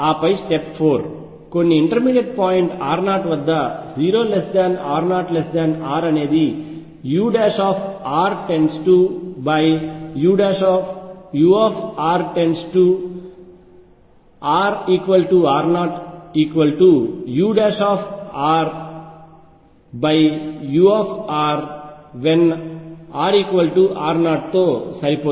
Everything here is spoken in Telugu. ఆపై స్టెప్ 4 కొన్ని ఇంటర్మీడియట్ పాయింట్ r0 వద్ద 0r0R అనేది ur→ur→ |rr0uur← |rr0 తో సరిపోతుంది